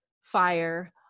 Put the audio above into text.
fire